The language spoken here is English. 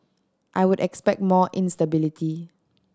I would expect more instability